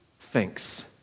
thinks